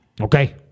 Okay